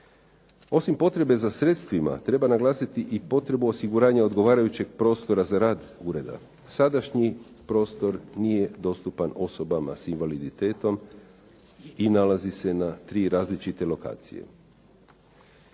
Osim potrebe za sredstvima treba naglasiti i potrebu osiguranja odgovarajućeg prostora za rad ureda. Sadašnji prostor nije dostupan osobama sa invaliditetom i nalazi se na tri različite lokacije.